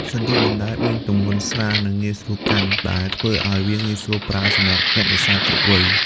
សន្ទូចបណ្ដែតមានទម្ងន់ស្រាល និងងាយស្រួលកាន់ ដែលធ្វើឲ្យវាងាយស្រួលប្រើសម្រាប់អ្នកនេសាទគ្រប់វ័យ។